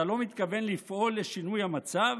אתה לא מתכוון לפעול לשינוי המצב?